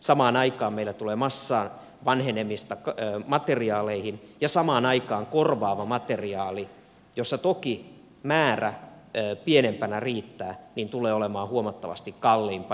samaan aikaan meillä tulee massavanhenemista materiaaleihin ja samaan aikaan korvaava materiaali jossa toki määrä pienempänä riittää tulee olemaan huomattavasti kalliimpaa